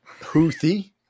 Houthi